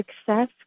success